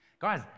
Guys